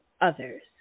others